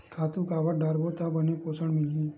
खातु काबर डारबो त बने पोषण मिलही?